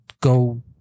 go